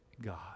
God